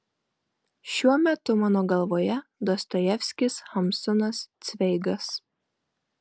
šiuo metu mano galvoje dostojevskis hamsunas cveigas